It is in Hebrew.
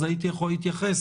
אז הייתי יכול להתייחס,